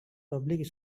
public